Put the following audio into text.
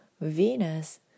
Venus